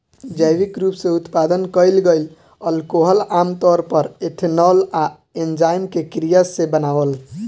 जैविक रूप से उत्पादन कईल गईल अल्कोहल आमतौर पर एथनॉल आ एन्जाइम के क्रिया से बनावल